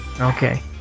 Okay